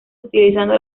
utilizando